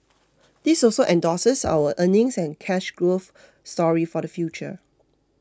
this also endorses our earnings and cash growth story for the future